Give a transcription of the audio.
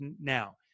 now